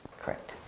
Correct